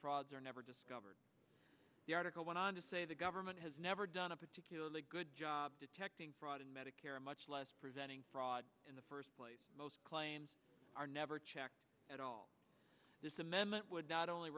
frauds are never discovered the article went on to say the government has never done a particularly good job detecting fraud in medicare much less preventing fraud in the first place most claims are never checked at all this amendment would not only